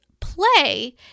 play